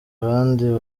abandi